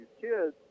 kids